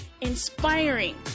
inspiring